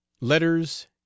Letters